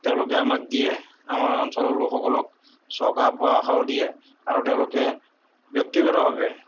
তেওঁলোকে আমাক দিয়ে আমাৰ অঞ্চলৰ লোকসকলক চৰকাৰৰ পৰা অহাও দিয়ে আৰু তেওঁলোকে ব্যক্তিগতভাৱে